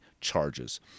charges